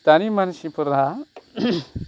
दानि मानसिफोरा